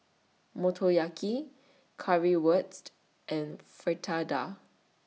Motoyaki Currywurst and Fritada